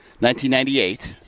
1998